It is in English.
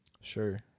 Sure